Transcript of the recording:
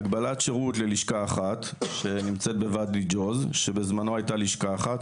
הגבלת שירות ללשכה אחת שנמצאת בוואדי ג'וז שבזמנו היתה לשכה אחת,